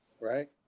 right